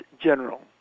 general